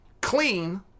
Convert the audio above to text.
Clean